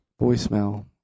Voicemail